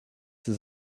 his